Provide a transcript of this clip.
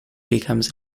becomes